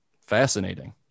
Fascinating